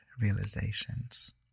realizations